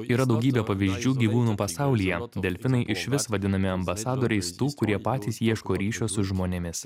yra daugybė pavyzdžių gyvūnų pasaulyje delfinai išvis vadinami ambasadoriais tų kurie patys ieško ryšio su žmonėmis